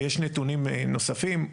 ויש נתונים נוספים.